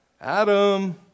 Adam